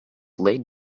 laid